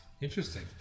interesting